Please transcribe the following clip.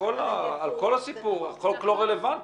רלוונטי.